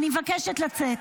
אני מבקשת לצאת.